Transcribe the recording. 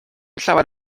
llawer